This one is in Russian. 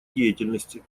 деятельности